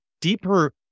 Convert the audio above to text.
deeper